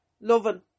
loving